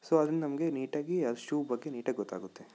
so ಅದ್ರಿಂದ ನಮಗೆ ನೀಟಾಗಿ ಶೂ ಬಗ್ಗೆ ನೀಟಾಗಿ ಗೊತ್ತಾಗುತ್ತೆ